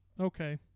Okay